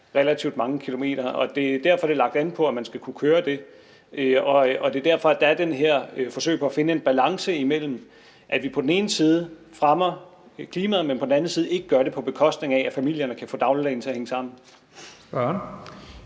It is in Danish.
relativt mange kilometer, og derfor er det lagt an på, at man skal kunne køre det. Det er derfor, at der er det her forsøg på at finde en balance imellem, at vi på den ene side fremmer klimaet, men på den anden side ikke gør det, på bekostning af at familierne kan få dagligdagen til at hænge sammen.